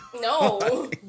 No